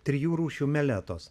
trijų rūšių meletos